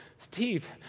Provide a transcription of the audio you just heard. Steve